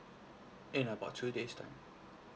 in about two days time